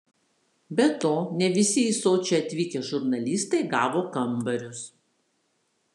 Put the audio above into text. be to ne visi į sočį atvykę žurnalistai gavo kambarius